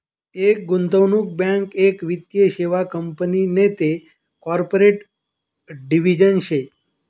एक गुंतवणूक बँक एक वित्तीय सेवा कंपनी नैते कॉर्पोरेट डिव्हिजन शे